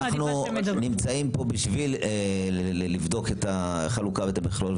אנחנו נמצאים פה בשביל לבדוק את החלוקה ואת המכלול,